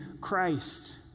Christ